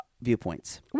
viewpoints